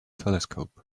telescope